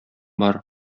бар